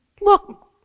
look